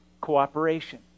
cooperation